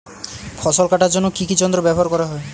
ফসল কাটার জন্য কি কি যন্ত্র ব্যাবহার করা হয়?